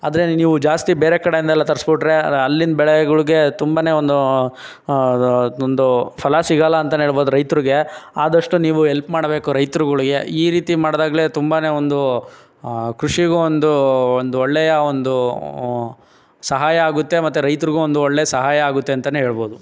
ಆದರೆ ನೀವು ಜಾಸ್ತಿ ಬೇರೆ ಕಡೆಯಿಂದೆಲ್ಲ ತರಿಸಿಬಿಟ್ರೆ ಅಲ್ಲಿಯ ಬೆಳೆಗಳಿಗೆ ತುಂಬನೇ ಒಂದು ಒಂದು ಫಲ ಸಿಗಲ್ಲಾಂತೆಯೇ ಹೇಳ್ಬೌದು ರೈತರಿಗೆ ಆದಷ್ಟು ನೀವು ಎಲ್ಪ್ ಮಾಡಬೇಕು ರೈತರುಗಳಿಗೆ ಈ ರೀತಿ ಮಾಡದಾಗ್ಲೆ ತುಂಬನೆ ಒಂದು ಕೃಷಿಗೂ ಒಂದು ಒಂದು ಒಳ್ಳೆಯ ಒಂದು ಸಹಾಯ ಆಗುತ್ತೆ ಮತ್ತೆ ರೈತರಿಗು ಒಂದು ಒಳ್ಳೆ ಸಹಾಯ ಆಗುತ್ತೆ ಅಂತೆಯೇ ಹೇಳ್ಬೌದು